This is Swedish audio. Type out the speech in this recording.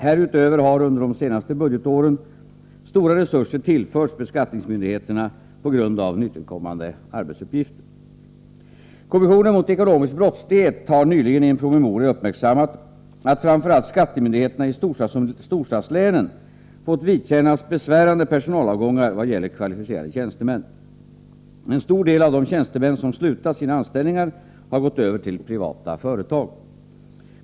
Härutöver har under de senaste budgetåren stora resurser tillförts beskattningsmyndigheterna på grund av nytillkommande arbetsuppgifter. Kommissionen mot ekonomisk brottslighet har nyligen i en promemoria uppmärksammat att framför allt skattemyndigheterna i storstadslänen fått vidkännas besvärande personalavgångar i vad gäller kvalificerade tjänstemän. En stor del av de tjänstemän som slutat sina anställningar har gått över till privata företag.